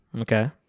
Okay